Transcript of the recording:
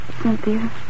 Cynthia